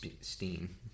Steam